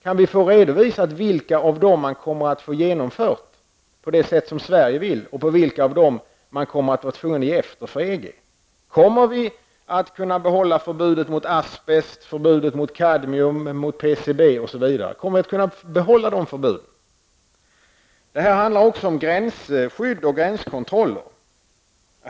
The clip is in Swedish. Kan vi få redovisat, på vilka av dem som man kommer att få önskemålen genomförda på det sätt som Sverige vill och på vilka av dem man kommer att vara tvungen att ge efter för EG. Kommer vi att kunna behålla förbudet mot asbest, förbudet mot kadmium, förbudet mot PCB, osv.? Det handlar här också om gränsskydd och gränskontroller.